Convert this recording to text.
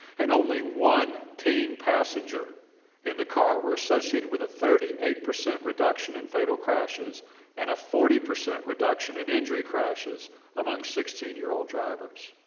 and only one teen passenger in the car were associated with a thirty eight percent reduction in fatal crashes and a forty percent reduction in injury crashes among sixteen year old drivers.